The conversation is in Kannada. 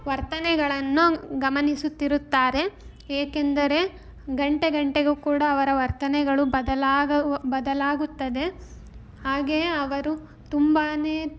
ವರ್ತನೆಗಳನ್ನು ಗಮನಿಸುತ್ತಿರುತ್ತಾರೆ ಏಕೆಂದರೆ ಗಂಟೆಗಂಟೆಗೂ ಕೂಡ ಅವರ ವರ್ತನೆಗಳು ಬದಲಾಗವು ಬದಲಾಗುತ್ತದೆ ಹಾಗೆಯೇ ಅವರು ತುಂಬಾ